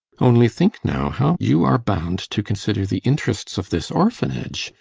only think, now, how you are bound to consider the interests of this orphanage,